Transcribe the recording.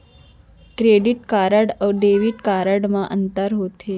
Credit card अऊ debit card मा का अंतर होथे?